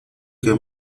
que